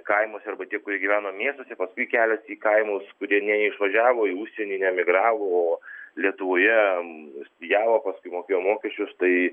kaimuose arba tie kurie gyveno miestuose paskui keliasi į kaimus kurie neišvažiavo į užsienį neemigravo o lietuvoje studijavo paskui mokėjo mokesčius tai